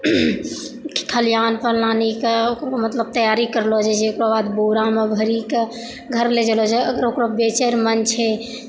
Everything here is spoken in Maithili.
खलिहानपर लानिकऽ मतलब तैयारी करलऽ जाइ छै ओकरबाद बोरामे भरिकऽ घर लऽ जाइलऽ जाइ छै ओकरा बेचै रऽ मोन छै